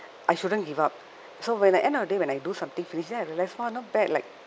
I shouldn't give up so when end of the day when I do something finish then I realized !wah! not bad like